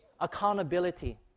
accountability